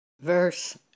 Verse